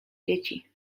dzieci